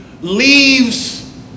leaves